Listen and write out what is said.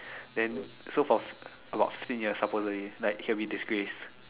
then so for for about fifteen years supposedly like he will be disgraced